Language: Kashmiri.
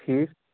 ٹھیٖک